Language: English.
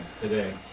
today